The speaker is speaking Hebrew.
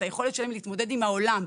את היכולת שלהם להתמודד עם העולם,